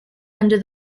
under